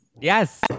Yes